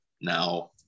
Now